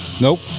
nope